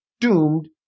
doomed